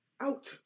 out